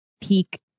peak